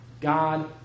God